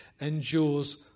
endures